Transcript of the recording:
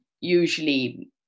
usually